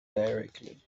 directly